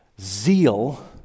Zeal